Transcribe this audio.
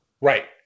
Right